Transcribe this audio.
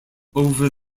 over